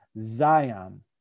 Zion